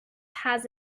has